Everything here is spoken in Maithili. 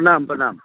प्रणाम प्रणाम